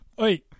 Oi